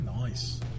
Nice